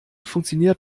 funktioniert